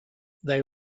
they